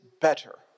better